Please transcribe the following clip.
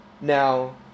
Now